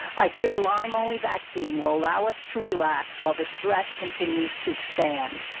i fear a lyme-only vaccine will allow us to relax while the threat continues to expand.